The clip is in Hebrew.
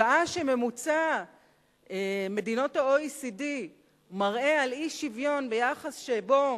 שעה שממוצע מדינות ה-OECD מראה על אי-שוויון ביחס שבו